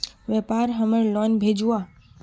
व्यापार हमार लोन भेजुआ?